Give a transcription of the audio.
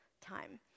time